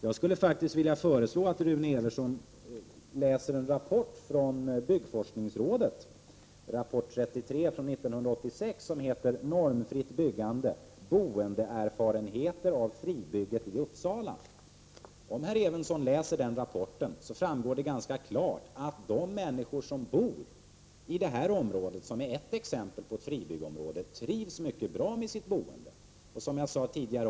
Jag föreslår att Rune Evensson läser en rapport från byggforskningsrådet, nr 33 från 1986, som heter Normfritt byggande. Boendeerfarenheter av fribygget i Uppsala. Om herr Evensson läser den rapporten finner han att det ganska klart framgår att de människor som bor i detta område — som är ett exempel på ett fribyggeområde - trivs mycket bra med sitt boende.